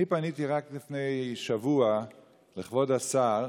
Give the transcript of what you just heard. אני פניתי רק לפני שבוע לכבוד השר